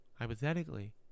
hypothetically